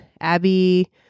Abby